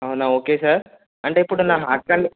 అవునా okay sir అంటే ఇప్పుడు నా హార్ట్ కండి